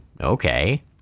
okay